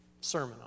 sermon